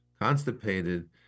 constipated